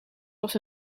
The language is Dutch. was